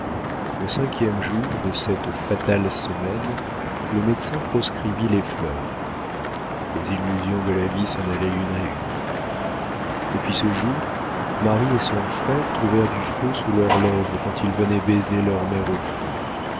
le cinquième jour de cette fatale semaine le médecin proscrivit les fleurs les illusions de la vie s'en allaient une à une depuis ce jour marie et son frère trouvèrent du feu sous leurs lèvres quand ils venaient baiser leur mère au front